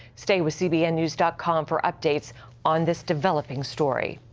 stay with cbnnews dot com for updates on this developing story.